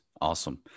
Awesome